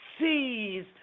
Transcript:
Sees